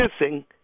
missing